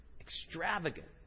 extravagant